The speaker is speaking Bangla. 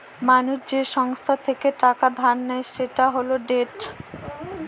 মানুষ যে সংস্থা থেকে টাকা ধার নেয় সেটা হল ডেট